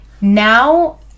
now